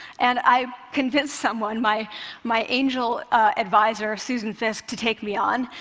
and i convinced someone, my my angel advisor, susan fiske, to take me on,